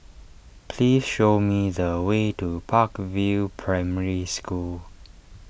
please show me the way to Park View Primary School